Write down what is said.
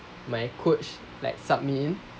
my coach like sub me